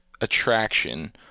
attraction